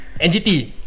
NGT